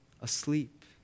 asleep